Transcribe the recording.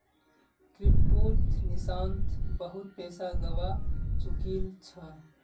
क्रिप्टोत निशांत बहुत पैसा गवा चुकील छ